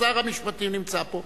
שר המשפטים נמצא פה,